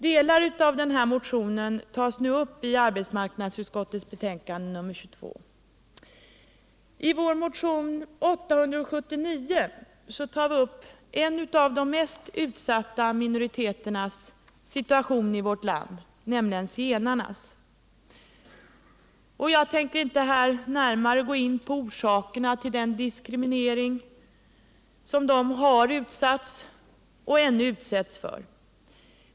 Delar av denna motion tas nu upp i arbetsmarknadsutskottets betänkande nr Ar I vår motion 879 tar vi upp en av de mest utsatta minoriteternas situation i vårt land, nämligen zigenarnas. Jag tänker här inte närmare gå in på orsakerna till den diskriminering som de har utsatts för och ännu utsätts för.